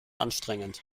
anstrengend